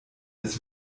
des